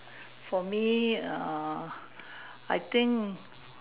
for me err I think